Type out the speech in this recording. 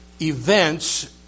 events